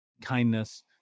kindness